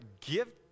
Give